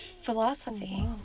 philosophy